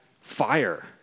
fire